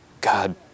God